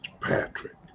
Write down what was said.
Patrick